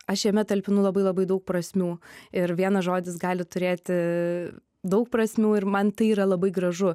aš jame talpinu labai labai daug prasmių ir vienas žodis gali turėti daug prasmių ir man tai yra labai gražu